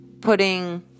putting